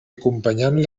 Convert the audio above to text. acompanyant